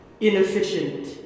Inefficient